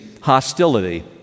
hostility